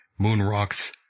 Moonrocks